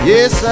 Yes